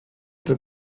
that